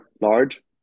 large